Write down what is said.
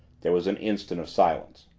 there was an instant of silence.